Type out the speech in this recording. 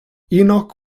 enoch